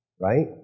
right